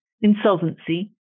insolvency